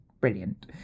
brilliant